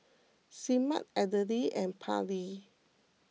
Semaj Adele and Parley